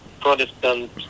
Protestant